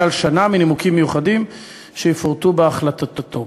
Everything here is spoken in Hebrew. על שנה מנימוקים מיוחדים שיפורטו בהחלטתו.